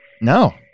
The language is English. No